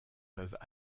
peuvent